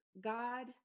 god